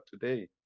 today